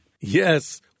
Yes